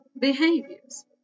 behaviors